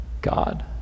God